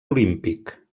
olímpic